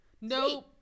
No